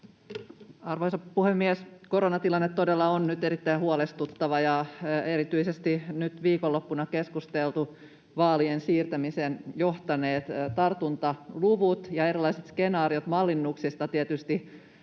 Arvoisa puhemies! Koronatilanne todella on nyt erittäin huolestuttava, ja erityisesti nyt viikonloppuna keskustelut vaalien siirtämiseen johtaneista tartuntaluvuista ja erilaiset skenaariot mallinnuksista tietysti